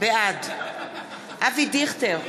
בעד אבי דיכטר,